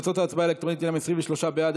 תוצאות ההצבעה האלקטרונית הן 23 בעד,